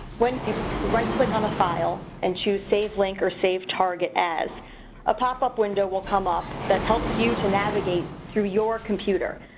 when you right click on a file and choose save link or save target as a pop-up window will come up that helps you to navigate through your computer.